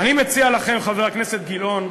ואני מציע לכם, חבר הכנסת גילאון,